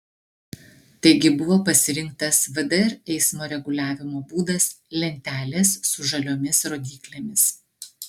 taigi buvo pasirinktas vdr eismo reguliavimo būdas lentelės su žaliomis rodyklėmis